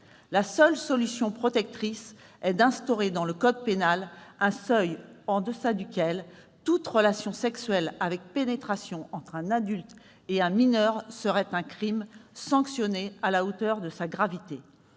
La seule solution protectrice est d'instaurer dans le code pénal un seuil d'âge en deçà duquel toute relation sexuelle avec pénétration entre un adulte et un mineur serait un crime, sanctionné à la hauteur de sa gravité.